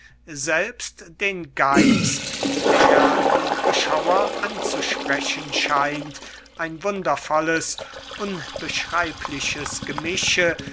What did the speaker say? selbst den geist der die beschauer anzusprechen scheint ein wundervolles unbeschreibliches gemische